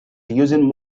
using